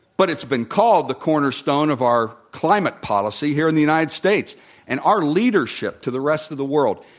but it's been called the cornerstone of our climate policy here in the united states and our leadership to the rest of the world.